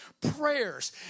prayers